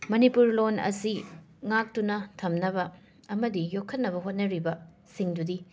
Manipur loan ꯑꯁꯤ ꯉꯥꯛꯇꯨꯅ ꯊꯝꯅꯕ ꯑꯃꯗꯤ ꯌꯣꯛꯈꯠꯅꯕ ꯍꯣꯠꯅꯔꯤꯕ ꯁꯤꯡꯗꯨꯗꯤ